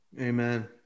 Amen